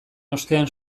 ostean